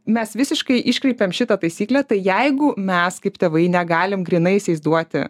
mes visiškai iškreipiam šitą taisyklę tai jeigu mes kaip tėvai negalim grynaisiais duoti